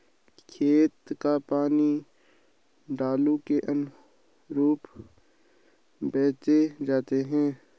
खेत का पानी ढालू के अनुरूप बहते जाता है